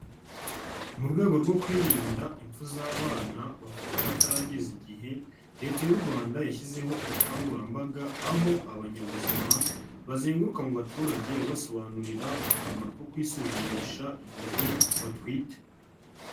Mu rwego rwo kwirinda impfu z'abana bavuka batarageza igihe, Leta y'u rwanda yashyizeho ubukangurambaga aho abanyabuzima bazenguruka mu baturage basobanurira akamaro ko kwisuzumisha igihe batwite.